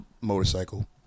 motorcycle